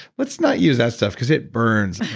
let's not use that stuff because it burns.